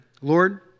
Lord